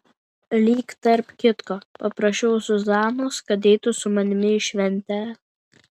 lyg tarp kitko paprašiau zuzanos kad eitų su manimi į šventę